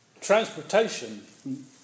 transportation